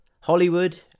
Hollywood